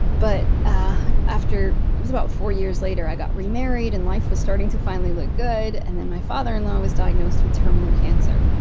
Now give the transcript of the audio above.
but ah after, it was about four years later, i got remarried and life was starting to finally look good. and then my father-in-law was diagnosed with terminal cancer.